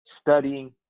studying